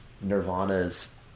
Nirvana's